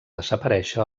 desaparèixer